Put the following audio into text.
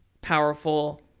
powerful